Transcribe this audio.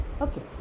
Okay